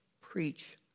Preach